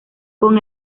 con